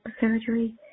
surgery